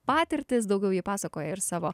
patirtis daugiau ji pasakoja ir savo